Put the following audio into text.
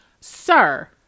Sir